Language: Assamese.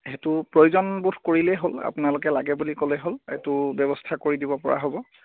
সেইটো প্ৰয়োজনবোধ কৰিলেই হ'ল আপোনালোকে লাগে বুলি ক'লেই হ'ল এইটো ব্যৱস্থা কৰি দিব পৰা হ'ব